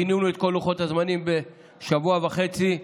פינינו את כל לוחות הזמנים לשבוע וחצי,